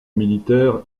militaire